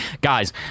guys